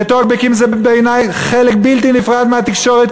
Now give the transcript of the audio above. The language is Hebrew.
וטוקבקים בעיני זה חלק בלתי נפרד מהתקשורת,